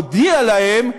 הודיע להם,